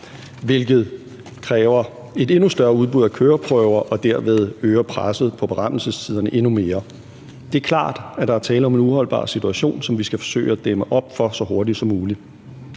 hvilket kræver et endnu større udbud af køreprøver og derved øger presset på berammelsestiderne endnu mere. Det er klart, at der er tale om en uholdbar situation, som vi skal forsøge at dæmme op for så hurtigt som muligt.